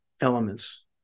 elements